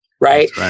Right